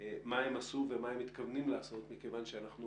מה הם עשו ומה הם מתכוונים לעשות מכיוון שאנחנו